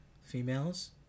female's